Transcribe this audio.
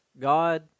God